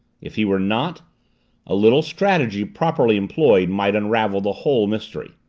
if he were not a little strategy properly employed might unravel the whole mystery.